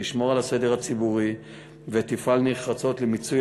תשמור על הסדר הציבורי ותפעל נחרצות למיצוי